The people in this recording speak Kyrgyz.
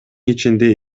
ичинде